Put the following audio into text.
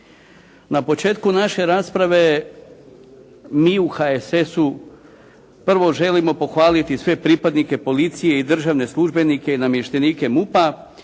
Na početku naše rasprave mi u HSS-u prvo želimo pohvaliti sve pripadnike policije i držane službenike i namještenike MUP-a